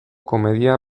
komedia